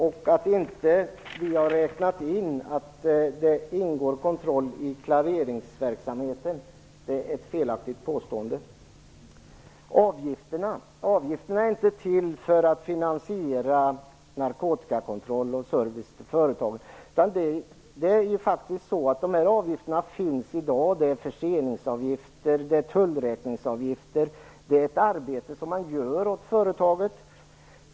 Att vi inte har räknat in att det ingår kontroll i klareringsverksamheten är ett felaktigt påstående. Avgifterna är inte till för att finansiera narkotikakontroll och service till företagen. Det är faktiskt så att dessa avgifter finns i dag. Det är fråga om förseningsavgifter och tullräkningsavgifter. Det är ett arbete som man utför åt företaget.